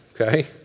Okay